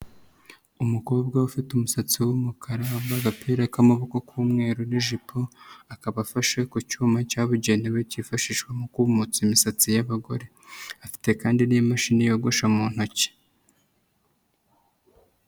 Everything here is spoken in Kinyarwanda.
Umukobwa ufite umusatsi w'umukara, wambaye agapira k'amaboko k'umweru n'ijipo, akaba afashe ku cyuma cyabugenewe kifashishwa mu kumotsa imisatsi y'abagore. Afite kandi n'imashini yogosha mu ntoki.